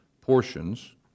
portions